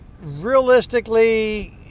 Realistically